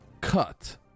cut